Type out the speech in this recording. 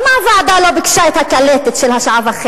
למה הוועדה לא ביקשה את הקלטת של 1.5 שעות,